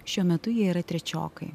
šiuo metu jie yra trečiokai